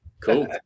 Cool